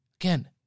Again